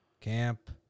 Camp